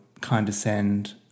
condescend